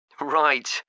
Right